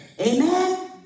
amen